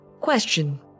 Question